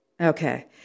Okay